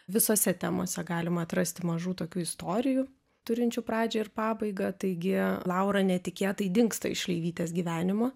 visose temose galima atrasti mažų tokių istorijų turinčių pradžią ir pabaigą taigi laura netikėtai dingsta iš šleivytės gyvenimo